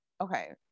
okay